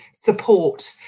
support